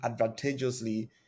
advantageously